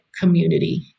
community